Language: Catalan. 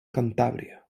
cantàbria